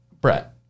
Brett